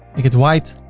make it white.